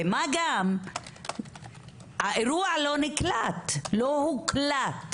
מה גם האירוע לא נקלט, לא הוקלט,